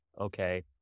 okay